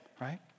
Right